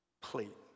plate